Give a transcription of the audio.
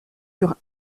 sur